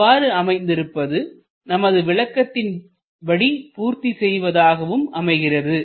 அவ்வாறு அமைந்திருப்பது நமது விளக்கத்தின்படி பூர்த்தி செய்வதாகவும் அமைகிறது